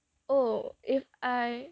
oh if I